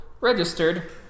registered